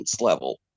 level